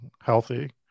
healthy